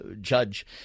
judge